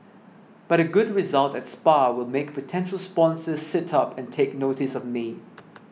but a good result at Spa will make potential sponsors sit up and take notice of me